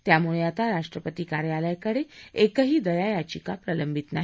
त्यामुळे आता राष्ट्रपती कार्यालयाकडे एकही दया यायिका प्रलंबित नाही